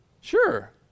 Sure